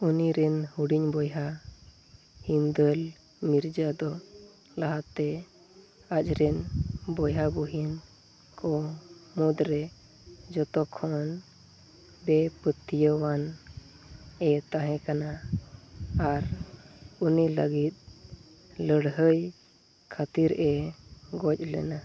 ᱩᱱᱤᱨᱮᱱ ᱦᱩᱰᱤᱧ ᱵᱚᱭᱦᱟ ᱦᱤᱱᱫᱟᱹᱞ ᱢᱤᱨᱡᱟᱫᱚ ᱞᱟᱦᱟᱛᱮ ᱟᱡᱨᱮᱱ ᱵᱚᱭᱦᱟᱼᱵᱚᱦᱤᱱᱠᱚ ᱢᱩᱫᱽᱨᱮ ᱡᱚᱛᱚ ᱠᱷᱚᱱ ᱵᱮᱼᱯᱟᱹᱛᱭᱟᱹᱣᱟᱱᱮ ᱛᱟᱦᱮᱸᱠᱟᱱᱟ ᱟᱨ ᱩᱱᱤ ᱞᱟᱹᱜᱤᱫ ᱞᱟᱹᱲᱦᱟᱹᱭ ᱠᱷᱟᱹᱛᱤᱨᱮ ᱜᱚᱡ ᱞᱮᱱᱟ